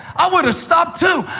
i would have stopped too.